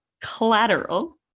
collateral